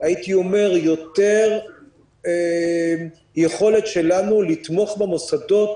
הייתי אומר יותר יכולת שלנו לתמוך במוסדות